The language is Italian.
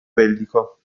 bellico